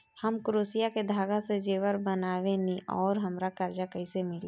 हम क्रोशिया के धागा से जेवर बनावेनी और हमरा कर्जा कइसे मिली?